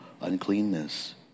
uncleanness